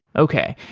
okay.